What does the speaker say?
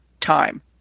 time